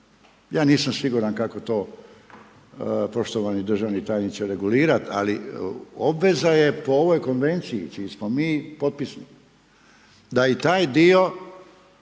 Ja nisam siguran, kako to poštovani državni tajniče regulirati, ali obveza je po ovoj konvenciji čiji smo mi potpisnici, da taj dio